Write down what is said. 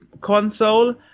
console